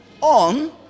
on